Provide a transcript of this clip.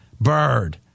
Bird